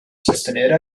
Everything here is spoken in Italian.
sostenere